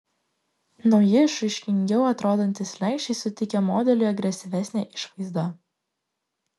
nauji išraiškingiau atrodantys slenksčiai suteikia modeliui agresyvesnę išvaizdą